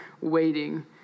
waiting